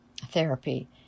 therapy